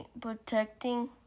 protecting